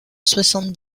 soixante